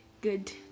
good